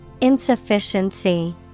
Insufficiency